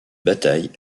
bataille